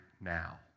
now